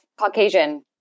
Caucasian